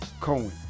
Cohen